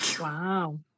Wow